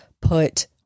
put